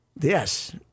Yes